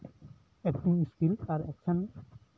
ᱮᱠᱥᱮᱱ ᱥᱤᱱ ᱟᱨ ᱮᱥᱠᱮᱱ